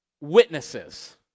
witnesses